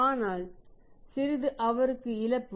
ஆனால் சிறிது அவருக்கு இழப்பு